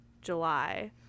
July